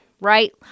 right